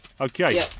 Okay